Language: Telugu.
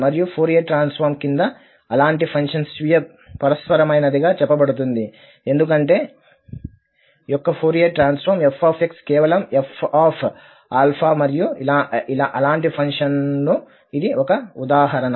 మరియు ఫోరియర్ ట్రాన్సఫార్మ్ కింద అలాంటి ఫంక్షన్ స్వీయ పరస్పరమైనదిగా చెప్పబడుతుంది ఎందుకంటే యొక్క ఫోరియర్ ట్రాన్సఫార్మ్ f కేవలం f మరియు అలాంటి ఫంక్షన్లకు ఇది ఒక ఉదాహరణ